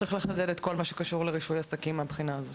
באתי והעליתי רעיון בשולחן העגול, אמרתי: